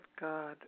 God